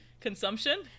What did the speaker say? Consumption